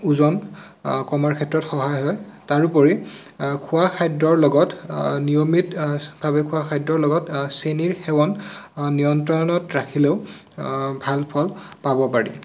ওজন কমাৰ ক্ষেত্ৰত সহায় হয় তাৰোপৰি খোৱা খাদ্যৰ লগত নিয়মিত ভাৱে খোৱা খাদ্যৰ লগত চেনীৰ সেৱন নিয়ন্ত্ৰণত ৰাখিলেও ভাল ফল পাব পাৰি